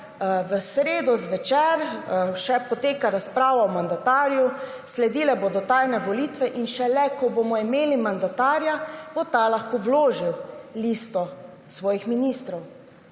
v sredo zvečer, še poteka razprava o mandatarju, sledile bodo tajne volitve in šele, ko bomo imeli mandatarja, bo ta lahko vložil listo svojih ministrov.